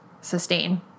sustain